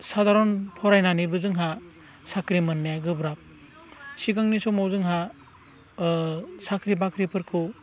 साधारन फरायनानैबो जोंहा साख्रि मोननाया गोब्राब सिगांनि समाव जोंहा साख्रि बाख्रिफोरखौ